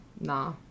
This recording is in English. nah